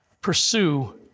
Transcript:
Pursue